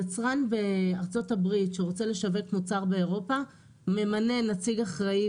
יצרן בארצות הברית שרוצה לשווק מוצר באירופה ממנה נציג אחראי